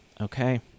okay